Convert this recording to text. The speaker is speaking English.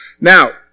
Now